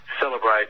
celebrate